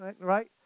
right